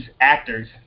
actors